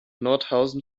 nordhausen